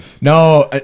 No